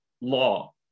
law